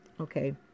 Okay